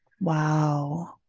Wow